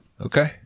Okay